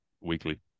weekly